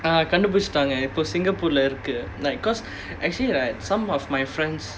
ஆமா கண்டுபிடிச்சிட்டாங்க இப்போ:aamaa kandupidichittaanga ippo singapore leh இருக்கு:irukku like because actually like some of my friends